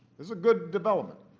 is a good development.